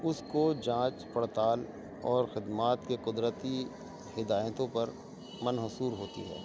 اس کو جانچ پڑتال اور خدمات کے قدرتی ہدایتوں پر منحصر ہوتی ہے